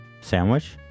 Sandwich